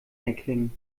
erklingen